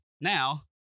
now